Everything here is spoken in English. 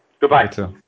goodbye